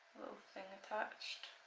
thing attached.